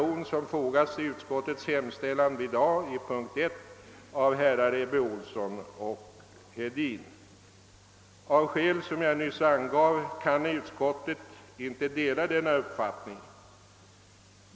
Av skäl som jag nyss angav kan utskottet inte dela denna uppfattning.